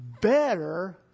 better